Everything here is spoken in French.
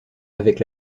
avec